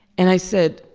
and i said,